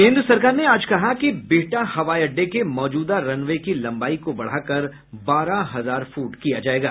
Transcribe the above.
केन्द्र सरकार ने आज कहा कि बिहटा हवाई अड्डे के मौजूदा रनवे की लंबाई को बढ़ाकर बारह हजार फूट किया जायेगा